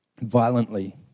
violently